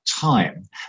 time